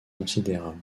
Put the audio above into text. considérable